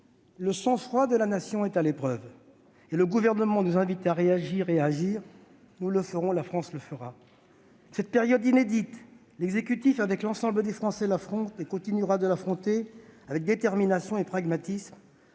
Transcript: Le sang-froid de la Nation est mis à rude épreuve. Le Gouvernement nous invite à réagir et à agir : nous le ferons, la France le fera. Cette période inédite, l'exécutif, avec l'ensemble des Français, l'affronte et continuera de l'affronter avec détermination et pragmatisme.